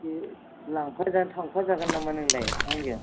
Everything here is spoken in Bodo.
एसे लांफाना थांफाजागोन नामा नोंलाय आंजों